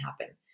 happen